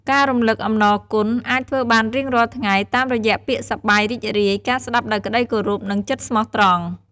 ការរំលឹកអំណរគុណអាចធ្វើបានរៀងរាល់ថ្ងៃ តាមរយៈពាក្យសប្បាយរីករាយ ការស្តាប់ដោយក្តីគោរព និងចិត្តស្មោះត្រង់។